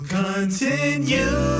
continue